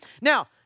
Now